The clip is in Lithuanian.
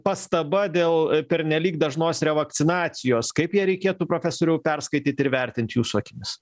pastaba dėl pernelyg dažnos revakcinacijos kaip ją reikėtų profesoriau perskaityt ir vertint jūsų akimis